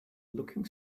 looking